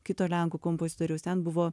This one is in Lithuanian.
kito lenkų kompozitoriaus ten buvo